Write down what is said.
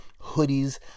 hoodies